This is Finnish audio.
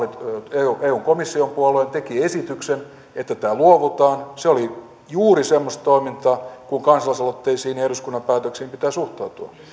eun eun komission puoleen teki esityksen että tästä luovutaan se oli juuri semmoista toimintaa kuin miten kansalaisaloitteisiin ja eduskunnan päätöksiin pitää suhtautua